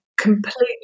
completely